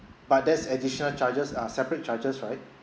but there's additional charges uh separate charges right